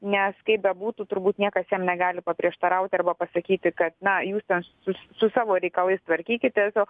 nes kaip bebūtų turbūt niekas jam negali paprieštarauti arba pasakyti kad na jūs tens s su savo reikalais tvarkykitės o